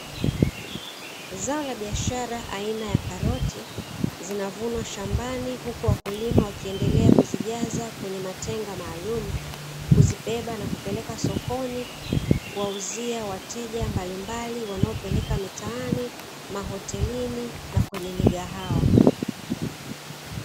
Zao la biashara aina ya karoti zinavunwa shambani huku wakulima wakiendelea kuzijaza kwenye matenga maalumu, kuzibeba na kupeleka sokoni kuwauzia wateja mbalimbali wanaopeleka mitaani, mahotelini na kwenye migahawa.